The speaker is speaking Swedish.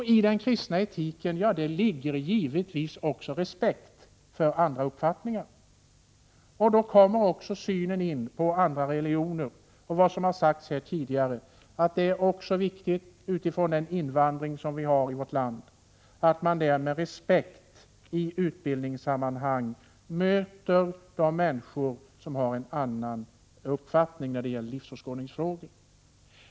I den kristna etiken ingår givetvis också respekt för andra uppfattningar. Där kommer också synen på andra religioner in, och det som har sagts här tidigare, att det är viktigt — utifrån den invandring som vi har till vårt land — att i utbildningssammanhang med respekt möta de människor som har en annan uppfattning i livsåskådningsfrågor.